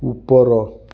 ଉପର